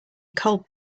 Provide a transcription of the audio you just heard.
cold